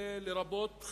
לרבות,